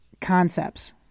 concepts